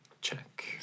Check